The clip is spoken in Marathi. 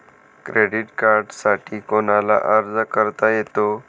क्रेडिट कार्डसाठी कोणाला अर्ज करता येतो?